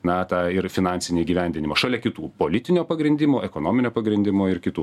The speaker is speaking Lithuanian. na tą ir finansinį įgyvendinimo šalia kitų politinio pagrindimo ekonominio pagrindimo ir kitų